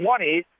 20